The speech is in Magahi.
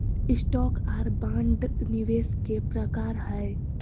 स्टॉक आर बांड निवेश के प्रकार हय